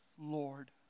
Lord